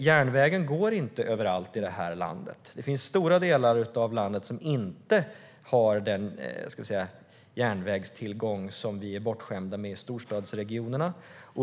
Det finns inte järnväg överallt i det här landet. Det finns stora delar av landet som inte har den järnvägstillgång som vi är bortskämda med i storstadsregionerna.